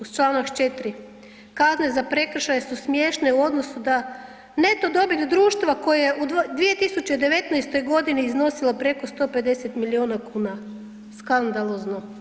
Uz čl. 4., kazne za prekršaje su smiješne u odnosu da neto dobit društva koja je u 2019.g. iznosila preko 150 milijuna kuna, skandalozno.